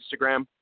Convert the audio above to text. Instagram